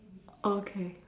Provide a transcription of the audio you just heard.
okay